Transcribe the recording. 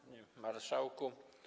Panie Marszałku!